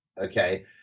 okay